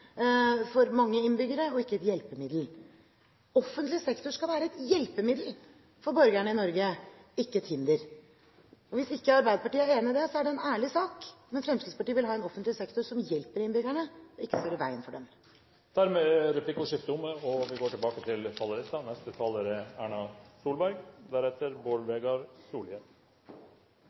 for mange innbyggere og ikke et hjelpemiddel. Offentlig sektor skal være et hjelpemiddel for borgerne i Norge, ikke et hinder. Hvis ikke Arbeiderpartiet er enig i det, er det en ærlig sak, men Fremskrittspartiet vil ha en offentlig sektor som hjelper innbyggerne, ikke står i veien for dem. Dermed er replikkordskiftet omme. Mange har i denne debatten pekt på den store uroen og de store sosiale utfordringene som vi ser rundt oss, i Europa og